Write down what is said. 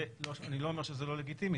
אני לא אומר שזה לא לגיטימי,